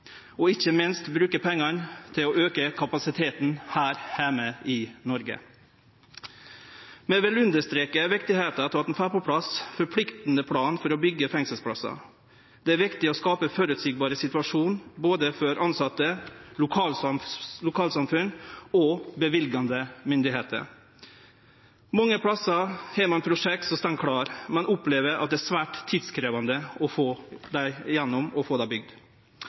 og ikkje minst bruke pengane til å auke kapasiteten her heime i Noreg. Vi vil understreke viktigheita av å få på plass ein forpliktande plan for å byggje fengselsplassar. Det er viktig å skape ein føreseieleg situasjon både for tilsette, for lokalsamfunn og for løyvingsmaktene. Mange plassar har ein prosjekt som står klare, men ein opplever at det er svært tidkrevjande å få dei gjennom og få dei bygd. Når det